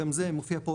גם זה מופיע פה,